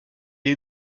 est